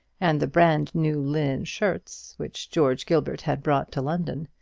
and the bran-new linen shirts which george gilbert had brought to london.